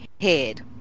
head